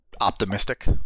optimistic